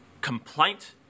complaint